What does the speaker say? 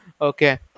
Okay